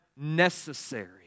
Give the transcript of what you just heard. necessary